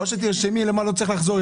אולי כדאי לרשום אל מה לא צריך לחזור,